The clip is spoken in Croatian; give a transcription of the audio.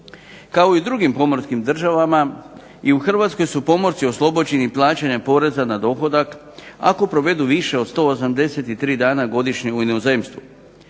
Kao i drugim pomorskim državama, i u Hrvatskoj su oslobođeni plaćanja poreza na dohodak ako provedu više od 183 dana godišnje u inozemstvu.